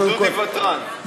דודי ותרן.